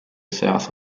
south